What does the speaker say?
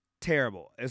terrible